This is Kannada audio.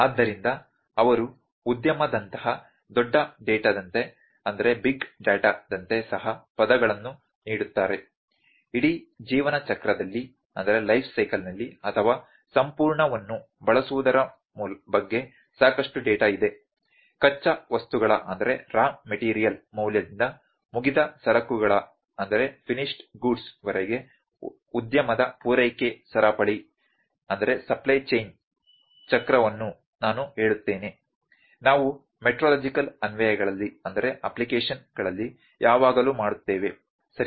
ಆದ್ದರಿಂದ ಅವರು ಉದ್ಯಮದಂತಹ ದೊಡ್ಡ ಡೇಟಾದಂತೆ ಸಹ ಪದಗಳನ್ನು ನೀಡುತ್ತಾರೆ ಇಡೀ ಜೀವನ ಚಕ್ರದಲ್ಲಿ ಅಥವಾ ಸಂಪೂರ್ಣವನ್ನು ಬಳಸುವುದರ ಬಗ್ಗೆ ಸಾಕಷ್ಟು ಡೇಟಾ ಇದೆ ಕಚ್ಚಾ ವಸ್ತುಗಳ ಮೌಲ್ಯದಿಂದ ಮುಗಿದ ಸರಕುಗಳ ವರೆಗೆ ಉದ್ಯಮದ ಪೂರೈಕೆ ಸರಪಳಿ ಚಕ್ರವನ್ನು ನಾನು ಹೇಳುತ್ತೇನೆ ನಾವು ಮೆಟ್ರೊಲಾಜಿಕಲ್ ಅನ್ವಯಗಳಲ್ಲಿ ಯಾವಾಗಲೂ ಮಾಡುತ್ತೇವೆ ಸರಿ